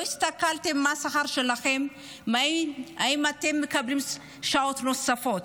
לא הסתכלתם מה השכר שלכם ואם אתם מקבלים שעות נוספות.